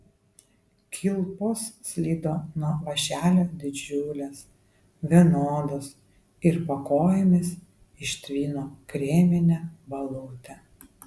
kilpos slydo nuo vąšelio didžiulės vienodos ir po kojomis ištvino kremine balute